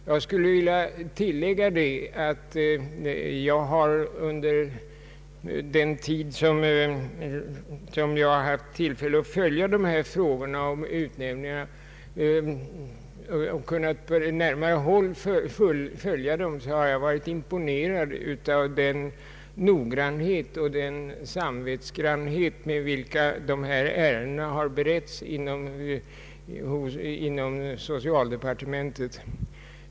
Jag skulle vilja tillägga att jag under den tid som jag haft tillfälle att på närmare håll följa dessa frågor om utnämningar har blivit imponerad av den noggrannhet och den samvetsgrannhet varmed dessa ärenden har beretts inom socialdepartementet.